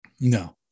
No